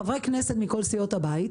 חברי כנסת מכול סיעות הבית,